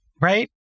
right